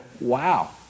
wow